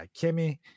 Kimmy